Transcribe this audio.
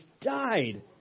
died